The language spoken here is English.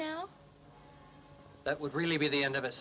now that would really be the end of